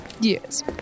Yes